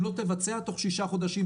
אם לא תבצע תוך שישה חודשים,